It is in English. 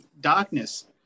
darkness